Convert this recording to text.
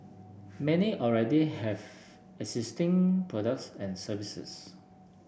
many already have existing products and services